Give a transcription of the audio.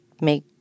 make